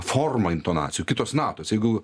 forma intonacijų kitos natos jeigu